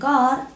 God